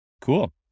Cool